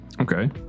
Okay